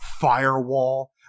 firewall